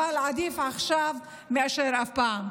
אבל עדיף עכשיו מאשר אף פעם.